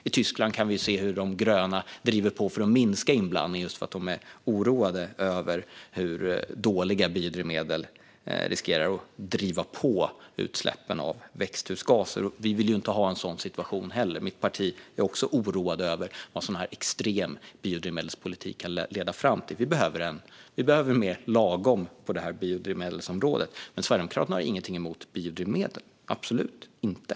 I Tyskland kan vi se hur De gröna driver på för att minska inblandningen just för att de är oroade över hur dåliga biodrivmedel riskerar att driva på utsläppen av växthusgaser. Vi vill inte heller ha en sådan situation; mitt parti är också oroade över vad en sådan här extrem biodrivmedelspolitik kan leda fram till. Vi behöver vara mer lagom på biodrivmedelsområdet. Men Sverigedemokraterna har ingenting emot biodrivmedel - absolut inte.